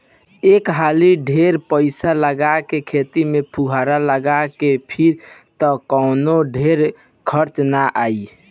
एक हाली ढेर पईसा लगा के खेत में फुहार लगा के फिर त कवनो ढेर खर्चा ना आई